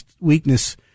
weakness